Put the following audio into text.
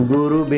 Guru